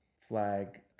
flag